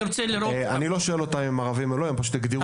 אני לא שואל אותם הם ערבים או לא; הם פשוט הגדירו את עצמם כך.